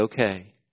okay